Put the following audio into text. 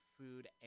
Food